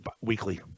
weekly